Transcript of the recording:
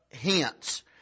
hence